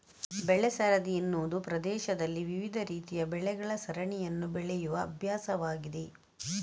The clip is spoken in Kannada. ಬೆಳೆ ಸರದಿ ಎನ್ನುವುದು ಪ್ರದೇಶದಲ್ಲಿ ವಿವಿಧ ರೀತಿಯ ಬೆಳೆಗಳ ಸರಣಿಯನ್ನು ಬೆಳೆಯುವ ಅಭ್ಯಾಸವಾಗಿದೆ